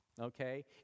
okay